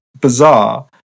bizarre